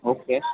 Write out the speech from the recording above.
okay